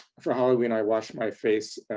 for halloween, i wash my face,